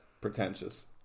pretentious